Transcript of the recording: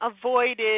avoided